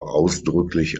ausdrücklich